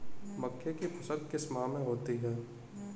मक्के की फसल किस माह में होती है?